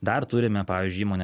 dar turime pavyzdžiui įmonę